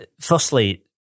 Firstly